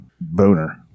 boner